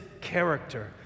character